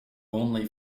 only